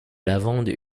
lavande